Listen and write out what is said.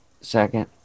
second